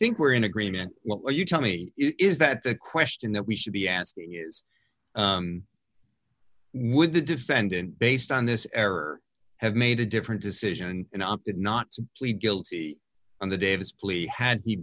think we're in agreement well you tell me is that the question that we should be asking is would the defendant based on this error have made a different decision and opted not to plead guilty on the daves plea had he